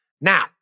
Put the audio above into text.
Now